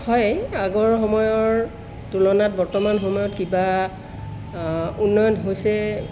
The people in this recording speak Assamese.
হয় আগৰ সময়ৰ তুলনাত বৰ্তমান সময়ত কিবা উন্নয়ন হৈছে